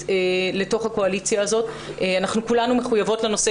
לתוך הקואליציה הזאת וכולנו מחויבות לנושא,